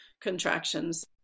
contractions